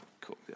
Cool